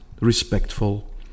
respectful